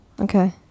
Okay